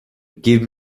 give